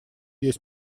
есть